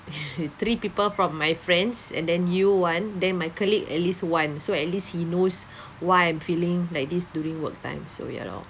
three people from my friends and then you one then my colleague at least one so at least he knows why I'm feeling like this during work time so ya loh